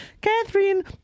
Catherine